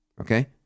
okay